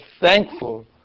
thankful